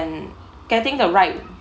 and getting the right